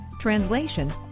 translation